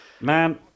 Man